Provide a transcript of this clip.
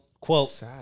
quote